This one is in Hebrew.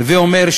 הווי אומר,